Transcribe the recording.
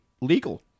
legal